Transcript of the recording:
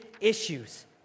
issues